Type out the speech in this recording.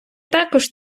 також